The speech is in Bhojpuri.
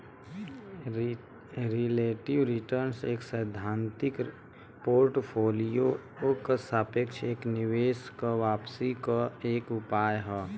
रिलेटिव रीटर्न एक सैद्धांतिक पोर्टफोलियो क सापेक्ष एक निवेश क वापसी क एक उपाय हौ